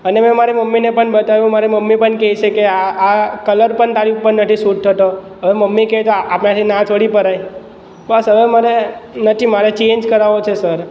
અને મેં મારી મમ્મીને પણ બતાવ્યું મારી મમ્મી પણ કહે છે કે આ આ કલર પણ તારી ઉપર નથી સુટ થતો હવે મમ્મી કહે તો આપણાથી ના થોડી પડાય બસ હવે મને નથી મારે ચેન્જ કરાવવો છે સર